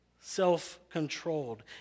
self-controlled